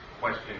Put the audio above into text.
question